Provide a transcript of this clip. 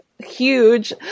huge